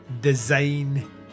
design